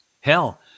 Hell